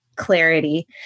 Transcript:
clarity